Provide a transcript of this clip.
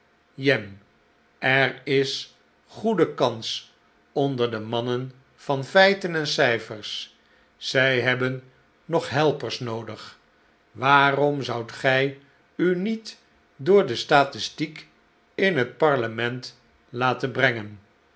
jem er is goede kans onder de mannen van feiten en cijfers zij hebben nog helpers noodig waarom zoudt gij u niet door de statistiek in het parlement laten brengen